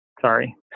sorry